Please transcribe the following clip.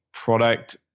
product